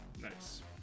Nice